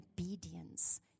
obedience